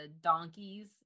donkeys